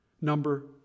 number